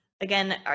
Again